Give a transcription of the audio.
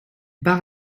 part